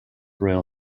royal